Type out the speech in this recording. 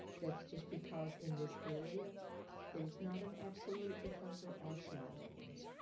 that's just because in this area it is not an absolute because there are smaller ones.